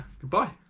goodbye